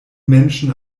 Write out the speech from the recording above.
menschen